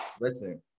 listen